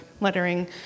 lettering